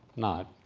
not.